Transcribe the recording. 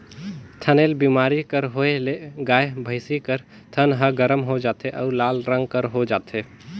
थनैल बेमारी कर होए ले गाय, भइसी कर थन ह गरम हो जाथे अउ लाल रंग कर हो जाथे